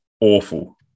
awful